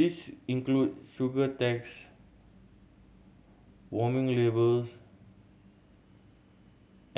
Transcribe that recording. these include sugar tax warning labels